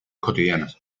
cotidianas